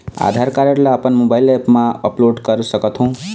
आधार card ला अपन mobile app मा अपलोड कर सकथों?